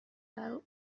درو